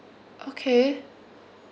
okay